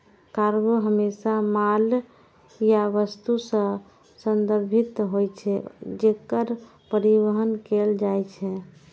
cargo हमेशा माल या वस्तु सं संदर्भित होइ छै, जेकर परिवहन कैल जाइ छै